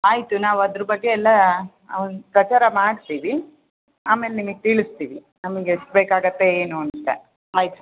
ಆಯಿತು ನಾವು ಅದ್ರ ಬಗ್ಗೆ ಎಲ್ಲ ಅವನ್ ಪ್ರಚಾರ ಮಾಡ್ತೀವಿ ಆಮೇಲೆ ನಿಮಿಗೆ ತಿಳಿಸ್ತೀವಿ ನಮಿಗೆ ಎಷ್ಟು ಬೇಕಾಗುತ್ತೆ ಏನು ಅಂತ ಆಯಿತಾ